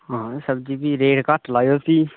हां सब्जी गी रेट घट्ट लाएयो फ्ही